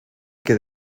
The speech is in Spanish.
que